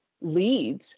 leads